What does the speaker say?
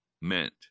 meant